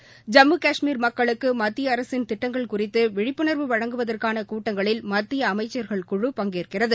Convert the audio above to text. ஐம்மு காஷ்மீர் மக்களுக்குமத்தியஅரசின் திட்டங்கள் குறித்துவிழிப்புணர்வு வழங்குவதற்கானகூட்டங்களில் மத்தியஅமைச்சர்கள் குழு பங்கேற்கிறது